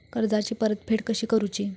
कर्जाची परतफेड कशी करुची?